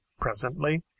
Presently